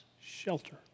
shelter